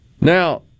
Now